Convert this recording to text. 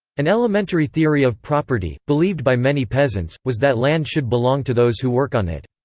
an elementary theory of property, believed by many peasants, was that land should belong to those who work on it.